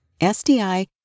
SDI